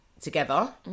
together